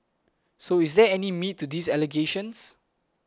so is there any meat to these allegations